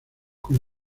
con